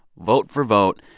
vote for vote,